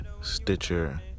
Stitcher